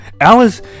Alice